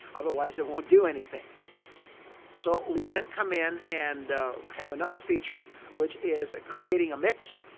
otherwise, it won't do anything so, we then come in and have another feature which is ah creating a mix.